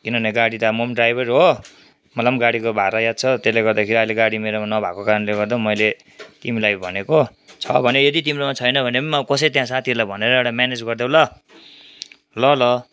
किनभने गाडी त म पनि ड्राइभर हो मलाइ पनि गाडीको भाडा याद छ त्यसले गर्दा अहिले गाडी मेरोमा नभएको कारणले गर्दा मैले तिमीलाई भनेको छ भने यदि तिम्रोमा छैन भने पनि कसै त्यहाँ साथीहरूलाई भनेर एउटा म्यानेज गरिदेऊ ल ल ल